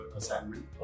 assignment